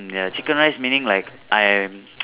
ya chicken rice meaning like I am